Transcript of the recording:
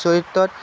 চৰিত্ৰত